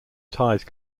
tithe